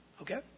Okay